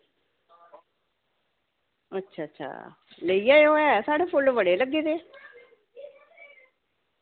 अच्छा अच्छा लेई जाएओ ऐ साढ़े फुल्ल बड़े लग्गे दे